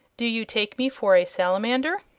do you take me for a salamander?